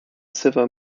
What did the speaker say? silver